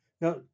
Now